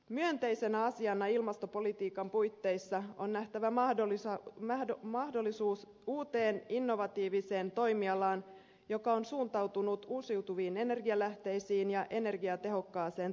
myönteisenä asiana ilmastopolitiikan puitteissa on nähtävä mahdollisuus uuteen innovatiiviseen toimialaan joka on suuntautunut uusiutuviin energialähteisiin ja energiatehokkaaseen tekniikkaan